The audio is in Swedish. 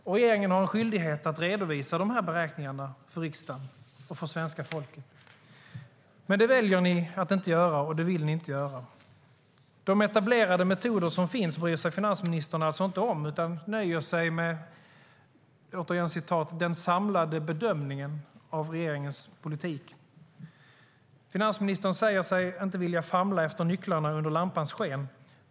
Och regeringen har en skyldighet att redovisa beräkningarna för riksdagen och för svenska folket. Men det väljer ni att inte göra, och det vill ni inte göra. De etablerade metoder som finns bryr sig finansministern alltså inte om, utan nöjer sig med "den samlade bedömningen" av regeringens politik. Finansministern säger sig inte vilja famla efter nycklarna under lampans sken.